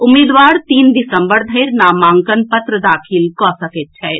उम्मीदवार तीन दिसम्बर धरि नामांकन पत्र दाखिल कऽ सकैत छथि